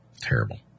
Terrible